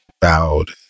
bowed